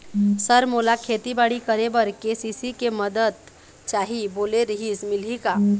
Sir मोला खेतीबाड़ी करेबर के.सी.सी के मंदत चाही बोले रीहिस मिलही का?